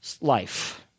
life